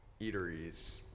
eateries